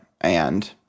and-